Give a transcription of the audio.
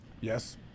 Yes